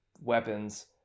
weapons